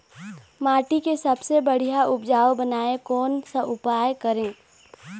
माटी के सबसे बढ़िया उपजाऊ बनाए कोन सा उपाय करें?